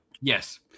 Yes